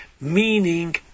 meaning